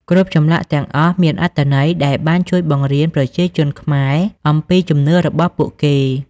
គ្រប់ចម្លាក់ទាំងអស់មានអត្ថន័យដែលបានជួយបង្រៀនប្រជាជនខ្មែរអំពីជំនឿរបស់ពួកគេ។